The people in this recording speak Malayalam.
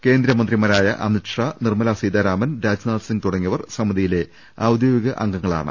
കേന്ദ്രമന്ത്രിമാരായ അമിത്ഷാ നിർമ്മലാ സീതാരാമൻ രാജ്നാഥ് സിങ്ങ് തുടങ്ങിയവർ സമിതിയിലെ ഔദ്യോഗിക അംഗങ്ങ ളാണ്